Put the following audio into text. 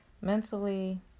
mentally